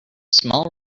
small